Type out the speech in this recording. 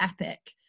epic